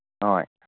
ꯍꯣꯏ